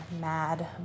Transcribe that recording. mad